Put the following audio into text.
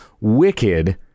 wicked